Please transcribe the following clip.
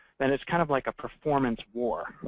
then it's kind of like a performance war.